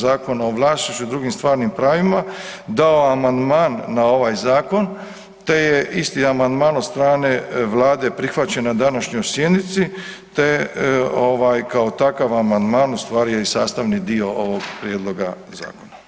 Zakona o vlasništvu i drugim stvarnim pravima, dao amandman na ovaj zakon, te je isti amandman od strane vlade prihvaćen na današnjoj sjednici, te ovaj kao takav amandman u stvari je i sastavni dio ovog prijedloga zakona.